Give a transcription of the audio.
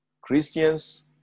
Christians